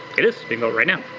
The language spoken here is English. it is, being built right now.